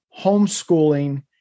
homeschooling